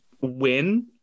win